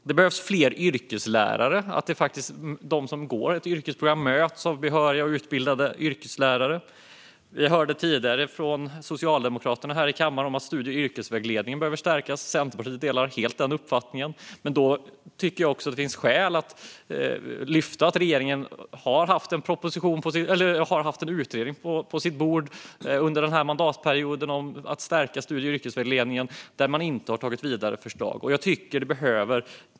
Vidare behövs fler yrkeslärare så att de som går på ett yrkesprogram möts av behöriga och utbildade yrkeslärare. Vi hörde tidigare här i kammaren från Socialdemokraterna om att studie och yrkesvägledningen behöver stärkas. Centerpartiet delar helt denna uppfattning. Det finns skäl att framhålla att regeringen under den här mandatperioden har haft en utredning på sitt bord om att stärka studie och yrkesvägledningen, men man har inte tagit alla förslag vidare.